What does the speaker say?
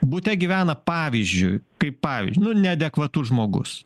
bute gyvena pavyzdžiui kaip pavyzdžiui nu neadekvatus žmogus